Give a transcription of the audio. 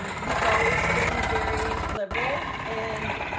we've always been very liberal, and